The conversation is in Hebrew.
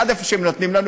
עד איפה שהם נותנים לנו,